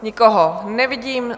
Nikoho nevidím.